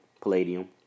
palladium